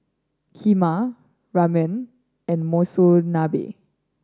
Kheema Ramen and Monsunabe